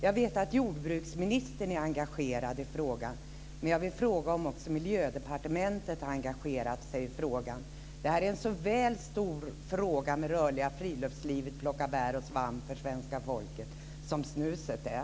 Jag vet att jordbruksministern är engagerad i frågan, men jag vill fråga om också Miljödepartementet har engagerat sig i frågan. Detta är en väl så stor fråga för svenska folket, som lever rörligt friluftsliv och plockar bär och svamp, som frågan om snuset är.